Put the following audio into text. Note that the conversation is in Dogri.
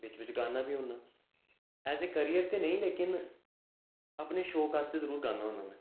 बिच्च बिच्च गान्नां बी होन्नां ऐज ए करियर ते नेईं लेकिन अपने शौक आस्तै जरूर गाना होन्ना में